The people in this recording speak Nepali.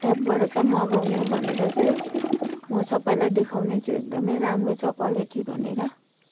एपबाट चाहिँ मगाउनु भनेर चाहिँ म सबैलाई देखाउने छु एकदमै राम्रो छ क्वालिटी भनेर